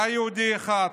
היה יהודי אחד,